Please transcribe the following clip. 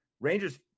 rangers